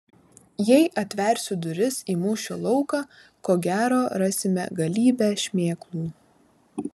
jei atversiu duris į mūšio lauką ko gero rasime galybę šmėklų